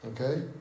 Okay